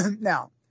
Now